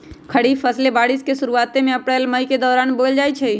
खरीफ फसलें बारिश के शुरूवात में अप्रैल मई के दौरान बोयल जाई छई